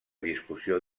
discussió